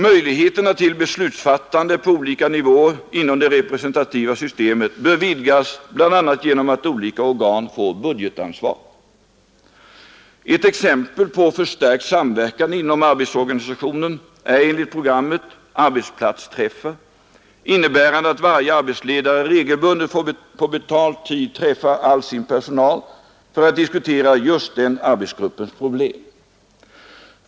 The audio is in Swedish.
Möjligheterna till beslutsfattande på olika nivåer inom det representativa systemet bör vidgas, bl.a. genom att olika organ får budgetansvar. Ett exempel på förstärkt samverkan inom arbetsorganisationen är enligt programmet arbetsplatsträffar, innebärande att varje arbetsledare regelbundet får på betald tid träffa all sin personal för att diskutera just den arbetsgruppens problem.